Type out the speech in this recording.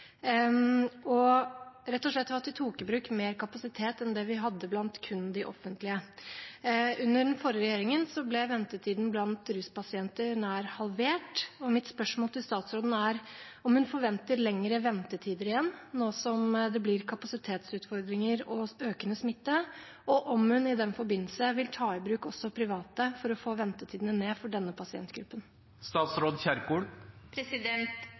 rett og slett ved at man tok i bruk mer kapasitet enn det man hadde blant kun de offentlige. Under den forrige regjeringen ble ventetiden blant ruspasienter nær halvert. Mitt spørsmål til statsråden er om hun forventer lengre ventetider igjen, nå som det blir kapasitetsutfordringer og økende smitte, og om hun i den forbindelse vil ta i bruk også private for å få ventetidene ned for denne